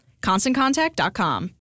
ConstantContact.com